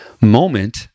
moment